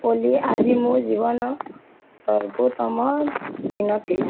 ଓଲି ଆଜି ମୋ ଜୀବନର ସର୍ବୋତ୍ତମ ଦିନ ଥିଲା